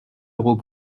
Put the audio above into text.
euros